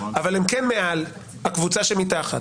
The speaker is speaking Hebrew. אבל הם כן מעל הקבוצה שמתחת,